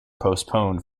postponed